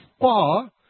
far